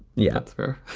yeah, that's fair.